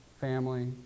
family